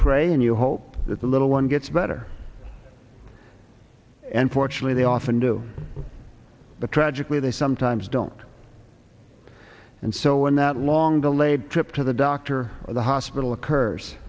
pray and you hope that the little one gets better and for actually they often do but tragically they sometimes don't and so when that long delayed trip to the doctor or the hospital occurs